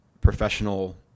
professional